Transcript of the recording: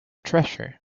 treasure